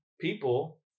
people